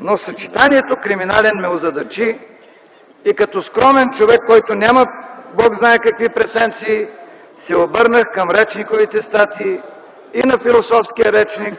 но съчетанието с „криминален” ме озадачи и като скромен човек, който няма бог знае какви претенции, се обърнах към речниковите статии – и на философския речник,